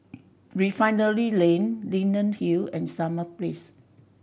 Refinery Lane Leyden Hill and Summer Place